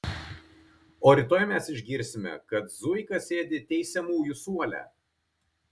o rytoj mes išgirsime kad zuika sėdi teisiamųjų suole